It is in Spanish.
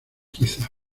quizá